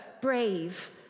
brave